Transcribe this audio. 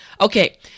Okay